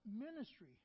ministry